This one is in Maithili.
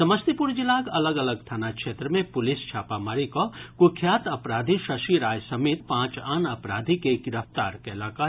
समस्तीपुर जिलाक अलग अलग थाना क्षेत्र मे पुलिस छापामारी कऽ कुख्यात अपराधी शशि राय समेत पांच आन अपराधी के गिरफ्तार कयलक अछि